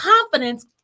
confidence